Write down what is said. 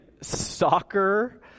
soccer